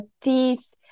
teeth